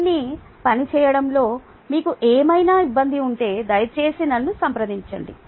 దీన్ని పని చేయడంలో మీకు ఏమైనా ఇబ్బంది ఉంటే దయచేసి నన్ను సంప్రదించండి